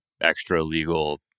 extra-legal